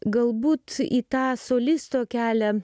galbūt į tą solisto kelią